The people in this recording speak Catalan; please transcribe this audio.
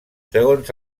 segons